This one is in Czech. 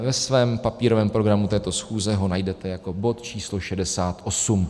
Ve svém papírovém programu této schůze ho najdete jako bod číslo 68.